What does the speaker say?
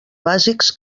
bàsics